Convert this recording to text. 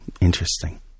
Interesting